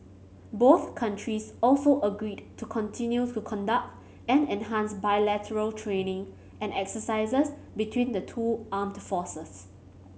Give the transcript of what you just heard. both countries also agreed to continue to conduct and enhance bilateral training and exercises between the two armed forces